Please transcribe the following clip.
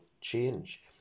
change